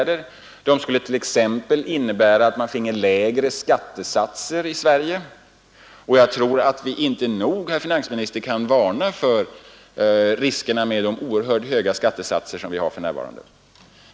Dessa skulle t.ex. innebära att vi finge lägre skattesatser i Sverige. Jag tror, herr finansminister, att vi inte nog kan varna för riskerna med de oerhört höga skattesatser som vi för närvarande har.